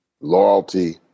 loyalty